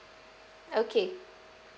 okay